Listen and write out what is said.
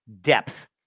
depth